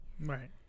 Right